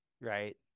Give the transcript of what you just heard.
right